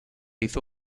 hizo